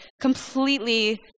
completely